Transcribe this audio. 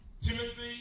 Timothy